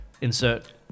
insert